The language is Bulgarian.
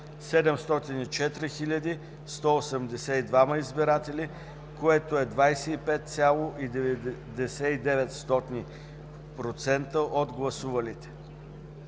704 182 избиратели, което е 25,99% от гласувалите.